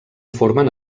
formen